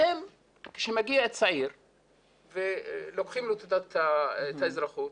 כשמגיע צעיר ולוקחים לו את האזרחות,